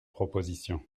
proposition